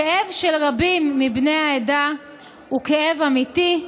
הכאב של רבים מבני העדה הוא כאב אמיתי,